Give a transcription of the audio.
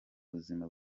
buzima